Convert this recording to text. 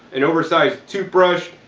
an oversized toothbrush,